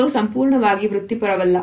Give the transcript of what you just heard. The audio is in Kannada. ಇದು ಸಂಪೂರ್ಣವಾಗಿ ವೃತ್ತಿಪರವಲ್ಲ